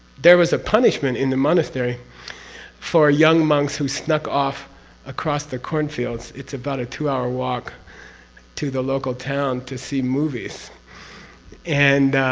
there was a punishment in the monastery for young monks who snuck off across the corn fields. it's about a two hour walk to the local town to see movies and.